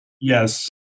Yes